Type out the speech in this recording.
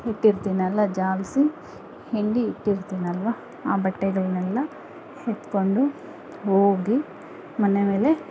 ಇಟ್ಟಿರ್ತೀನಲ್ಲ ಜಾಲಿಸಿ ಹಿಂಡಿ ಇಟ್ಟಿರ್ತೀನಲ್ವ ಆ ಬಟ್ಟೆಗಳನೆಲ್ಲ ಎತ್ಕೊಂಡು ಹೋಗಿ ಮನೆ ಮೇಲೆ